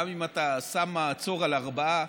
גם אם אתה שם מעצור על ארבעה,